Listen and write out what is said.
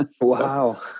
Wow